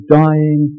dying